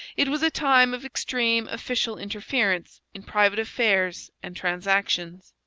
it was a time of extreme official interference in private affairs and transactions.